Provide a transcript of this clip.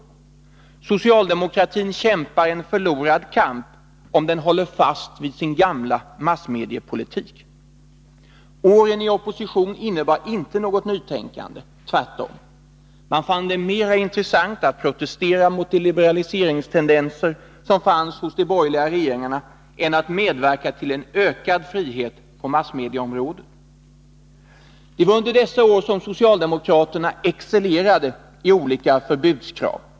Socialdemokratin utkämpar en förlorad kamp om den håller fast vid sin gamla massmediepolitik. Åren i opposition innebar inte något nytänkande, tvärtom. Man fann det mera intressant att protestera mot de liberaliseringstendenser som fanns hos de borgerliga regeringarna än att medverka till en ökad frihet på massmedieområdet. Det var under dessa år som socialdemokraterna excellerade i olika förbudskrav.